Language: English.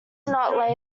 not